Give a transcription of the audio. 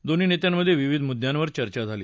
दोन्ही नेत्यांमधे विविध मुद्यांवर चर्चा झाली